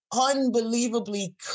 unbelievably